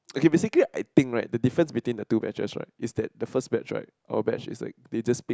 okay basically I think right the difference between the two batches right is that the first batch right our batch is like they just pick